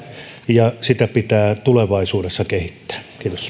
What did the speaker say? ja järjestelmää pitää tulevaisuudessa kehittää kiitos